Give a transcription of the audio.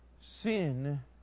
Sin